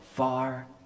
far